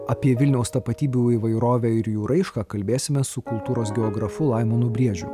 apie vilniaus tapatybių įvairovę ir jų raišką kalbėsime su kultūros geografo laimonu briedžiu